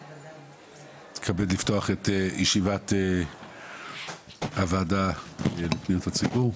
אני מתכבד לפתוח את ישיבת הוועדה המיוחדת לפניות הציבור.